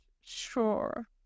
sure